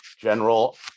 general